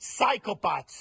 psychopaths